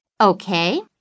Okay